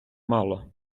мало